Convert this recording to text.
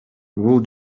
бул